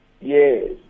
Yes